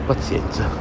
pazienza